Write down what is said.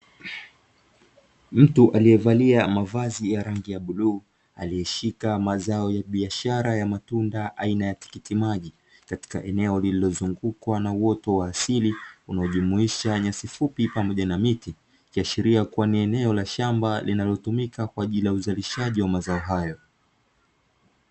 Mtu aliyevalia mavazi ya rangi ya bluu aliyeshika mazao ya biashara ya matunda aina ya tikiti maji, katika eneo lililozungukwa na uoto wa asili unaojumuisha nyasi fupi pamoja na miti; ikiashiria kuwa ni eneo la shamba linalotumika kwa ajili ya uzalishaji wa mazao hayo.